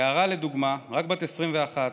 יערה, לדוגמה, רק בת 21,